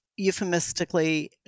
euphemistically